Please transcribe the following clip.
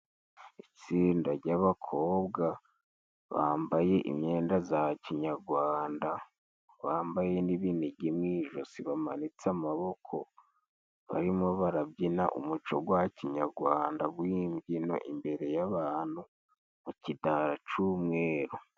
Itsinda ry'abakobwa, bambaye imyenda za kinyagwanda bambaye n'ibinigi mu ijosi, bamanitse amaboko, barimo barabyina umuco gwa kinyagwanda, gw'imbyino imbere y'abantu mu kidara c'umweru.